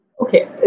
Okay